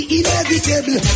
inevitable